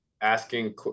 asking